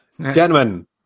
gentlemen